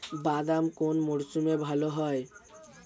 বাদাম কোন মরশুমে ভাল হয়?